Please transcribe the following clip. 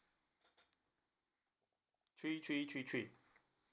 three three three three